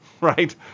right